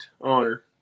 honor